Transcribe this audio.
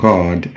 God